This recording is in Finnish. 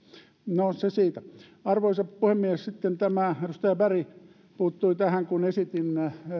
no se siitä arvoisa puhemies sitten edustaja berg puuttui tähän kun esitin